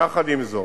יחד עם זאת,